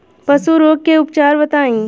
पशु रोग के उपचार बताई?